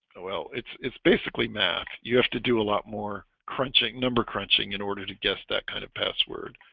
ah well, it's it's basically math you have to do a lot more crunching number crunching in order to guess that kind of password